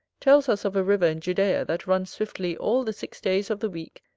tells us of a river in judea that runs swiftly all the six days of the week,